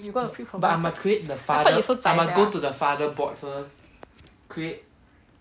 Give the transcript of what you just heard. you got the preprogrammed I thought you so zai sia